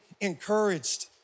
encouraged